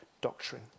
doctrine